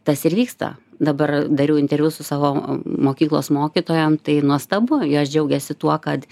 tas ir vyksta dabar dariau interviu su savo mokyklos mokytojomtai nuostabu jos džiaugiasi tuo kad